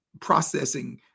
processing